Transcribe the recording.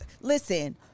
Listen